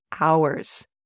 hours